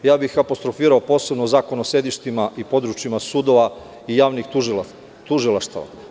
Apostrofirao bih posebno Zakon o sedištima i područjima sudova i javnih tužilaštava.